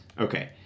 Okay